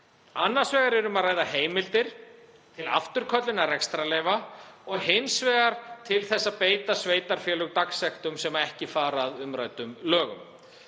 Annars vegar er um að ræða heimildir til afturköllunar rekstrarleyfa og hins vegar til að beita sveitarfélög dagsektum sem ekki fara að umræddum lögum.